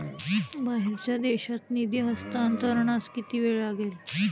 बाहेरच्या देशात निधी हस्तांतरणास किती वेळ लागेल?